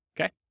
okay